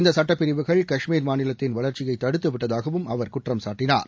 இந்த சுட்டப்பிரிவுகள் கண்மீர் மாநிலத்தின் வளர்ச்சியை தடுத்து விட்டதாகவும் அவர் குற்றம் சாட்டனார்